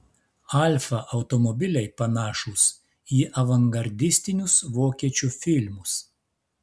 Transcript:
alfa automobiliai panašūs į avangardistinius vokiečių filmus